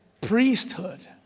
priesthood